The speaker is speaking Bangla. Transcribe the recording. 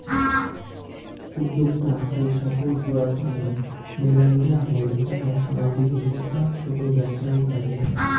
উদ্যোক্তা কে সফল করার তন্ন মেলাগিলা হই যেমন সামাজিক উদ্যোক্তা, ছোট ব্যপছা ইত্যাদি